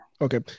Okay